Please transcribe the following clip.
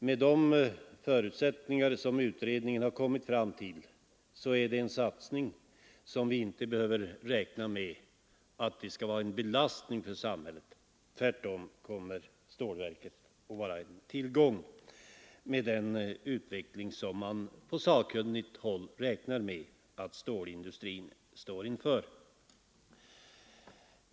Med de förutsättningar som utredningen har kommit fram till behöver vi inte räkna med att denna satsning skall bli en belastning för samhället — tvärtom kommer stålverket att bli en tillgång med den utveckling som man på sakkunnigt håll räknar med att stålindustrin står inför.